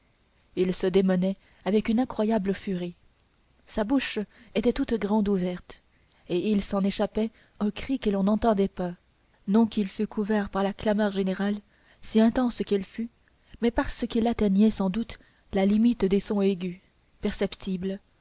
il se démenait avec une incroyable furie sa bouche était toute grande ouverte et il s'en échappait un cri que l'on n'entendait pas non qu'il fût couvert par la clameur générale si intense qu'elle fût mais parce qu'il atteignait sans doute la limite des sons aigus perceptibles